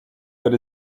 but